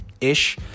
ish